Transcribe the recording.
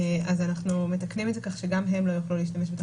אנחנו מתקנים את זה כך שגם הם לא יוכלו להשתמש בתחבורה ציבורית.